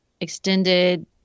extended